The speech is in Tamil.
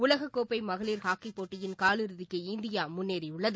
உலகக்கோப்டைமகளிர் ஹாக்கிப் போட்டியின் காலிறுதிக்கு இந்தியாமுன்னேறியுள்ளது